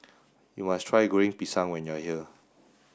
you must try Goreng Pisang when you are here